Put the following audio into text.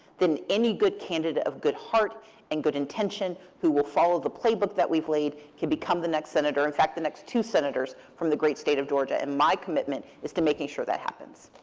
then any good candidate of good heart and good intention who will follow the playbook that we've laid can become the next senator, in fact, the next two senators from the great state of georgia. and my commitment is to making sure that happens.